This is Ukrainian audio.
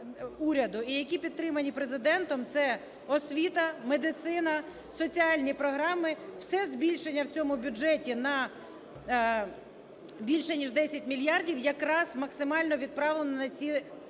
і які підтримані Президентом – це освіта, медицина, соціальні програми. Все збільшення в цьому бюджеті, більше ніж 10 мільярдів, якраз максимально відправлено на ці